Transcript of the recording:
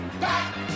Back